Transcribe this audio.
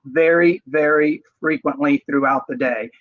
very very frequently throughout the day.